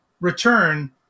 return